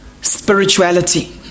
spirituality